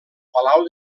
palau